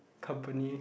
company